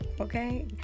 okay